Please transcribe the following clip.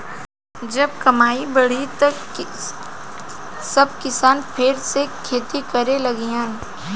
जब कमाई बढ़ी त सब किसान फेर से खेती करे लगिहन